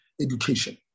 education